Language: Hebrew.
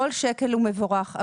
כל שקל הוא מבורך,